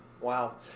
Wow